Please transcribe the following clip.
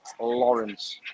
Lawrence